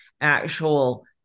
actual